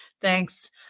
Thanks